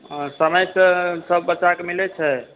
समयसँ सभ बच्चाकेँ मिलैत छै